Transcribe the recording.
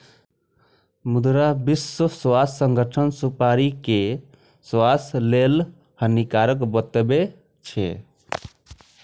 मुदा विश्व स्वास्थ्य संगठन सुपारी कें स्वास्थ्य लेल हानिकारक बतबै छै